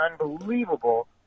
unbelievable